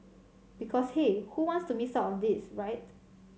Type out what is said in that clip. because hey who wants to miss out on this right